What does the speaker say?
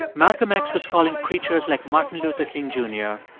but malcolm x was calling preachers like martin luther king jr.